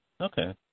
Okay